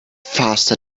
faster